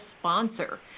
sponsor